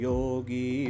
Yogi